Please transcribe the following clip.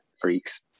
freaks